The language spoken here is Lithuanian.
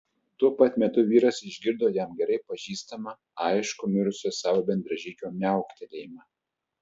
tuo pat metu vyras išgirdo jam gerai pažįstamą aiškų mirusio savo bendražygio miauktelėjimą